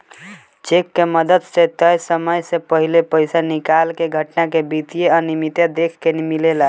check के मदद से तय समय के पाहिले पइसा निकाले के घटना में वित्तीय अनिमियता देखे के मिलेला